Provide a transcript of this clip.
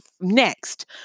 next